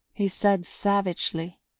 he said savagely,